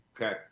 Okay